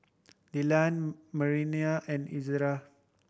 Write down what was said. Dillan Manervia and Ezra